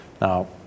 Now